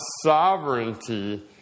sovereignty